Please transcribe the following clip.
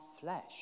flesh